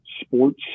sports